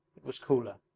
it was cooler.